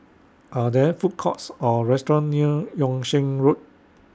Are There Food Courts Or restaurants near Yung Sheng Road